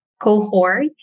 cohort